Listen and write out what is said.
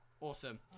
Awesome